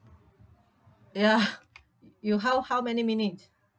ya you how how many minute